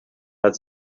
hat